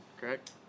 correct